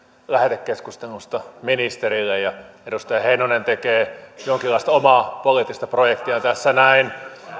lähetekeskustelusta ministerille ja edustaja heinonen tekee jonkinlaista omaa poliittista projektiaan tässä näin